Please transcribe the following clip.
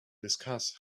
discuss